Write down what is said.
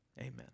amen